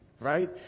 Right